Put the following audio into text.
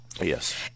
yes